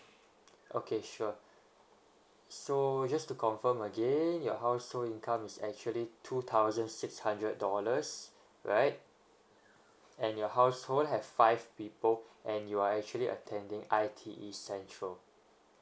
okay sure so just to confirm again your household income is actually two thousand six hundred dollars right and your household have five people and you are actually attending I T E central